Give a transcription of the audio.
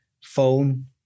phone